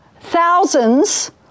thousands